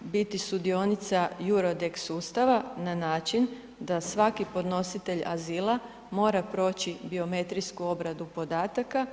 biti sudionica EURODAC sustava na način da svaki podnositelj azila mora proći biometrijsku obradu podataka.